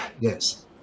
yes